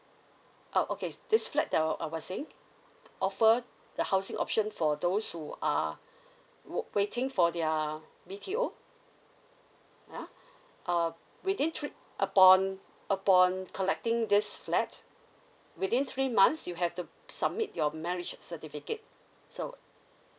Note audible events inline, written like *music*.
oh okay this flat that uh I was saying offer the housing option for those who are *breath* w~ waiting for their B_T_O yeah uh within three upon upon collecting this flat within three months you have to submit your marriage certificate so